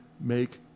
make